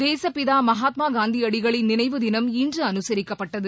தேசப்பிதா மகாத்மா காந்தியடிகளின் நினைவு தினம் இன்று அனுசரிக்கப்பட்டது